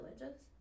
religious